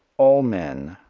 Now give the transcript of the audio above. all men,